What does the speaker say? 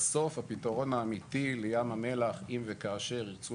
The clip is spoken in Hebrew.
בסוף הפתרון האמיתי לים המלח אם וכאשר ירצו